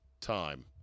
Time